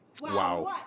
wow